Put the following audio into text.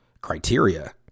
criteria